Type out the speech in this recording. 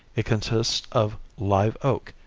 it consists of live oak,